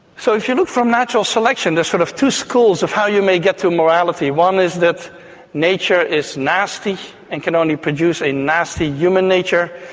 so if you look from natural selection, there are sort of two schools of how you may get to morality. one is that nature is nasty and can only produce a nasty human nature,